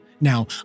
Now